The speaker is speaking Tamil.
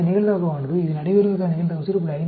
இந்த நிகழ்தகவானது இது நடைபெறுவதற்கான நிகழ்தகவு 0